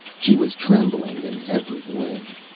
she was trembling in every limb.